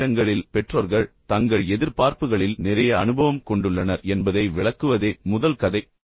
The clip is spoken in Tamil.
சில நேரங்களில் பெற்றோர்கள் தங்கள் எதிர்பார்ப்புகளில் நிறைய அனுபவம் கொண்டுள்ளனர் என்பதை விளக்குவதே முதல் கதை